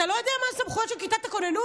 ואתה לא יודע מה הסמכויות של כיתת הכוננות?